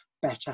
Better